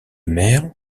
mer